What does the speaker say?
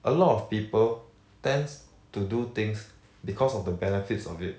a lot of people tends to do things because of the benefits of it